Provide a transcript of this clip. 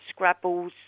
scrabbles